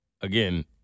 again